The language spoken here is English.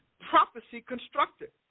prophecy-constructed